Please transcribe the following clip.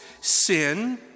sin